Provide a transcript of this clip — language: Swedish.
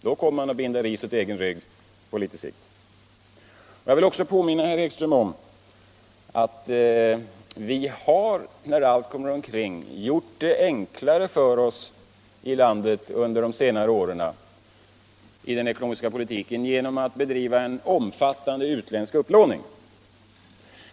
Då kommer man att binda ris åt egen rygg på litet sikt. Jag vill också påminna herr Ekström om att vi har gjort det enklare för oss här i landet under de senare åren i den ekonomiska politiken genom att bedriva en omfattande utländsk upplåning.